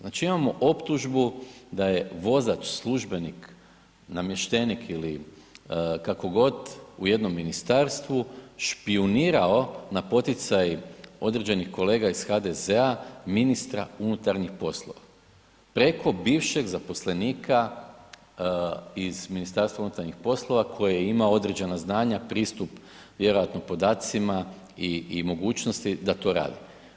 Znači imamo optužbu da je vozač, službenik, namještenik ili kako god u jednom ministarstvu, špijunirao na poticaj određenih kolega iz HDZ-a ministra unutarnjih poslova preko bivšeg zaposlenika iz MUP-a koji ima određena znanja, pristup vjerojatno podacima i mogućnosti da to rade.